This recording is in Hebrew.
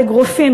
אגרופים,